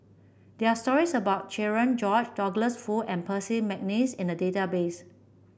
there are stories about Cherian George Douglas Foo and Percy McNeice in the database